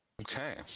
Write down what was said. Okay